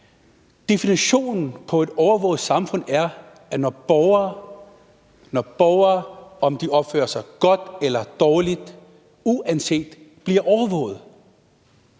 Definitionen på et overvåget samfund er, at borgere, om de opfører sig godt eller dårligt, bliver overvåget.